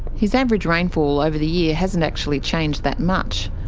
his average rainfall over the year hasn't actually changed that much.